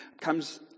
comes